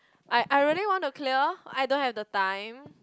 I I really want to clear I don't have the time